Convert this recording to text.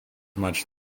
much